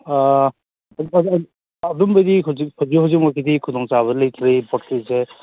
ꯑꯗꯨꯝꯕꯩꯗꯤ ꯍꯧꯖꯤꯛ ꯍꯧꯖꯤꯛ ꯍꯧꯖꯤꯛꯃꯛꯀꯤꯗꯤ ꯈꯨꯗꯣꯡ ꯆꯥꯕ ꯂꯩꯇ꯭ꯔꯤ